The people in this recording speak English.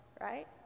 right